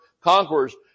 conquerors